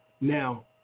Now